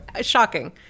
shocking